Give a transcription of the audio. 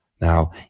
Now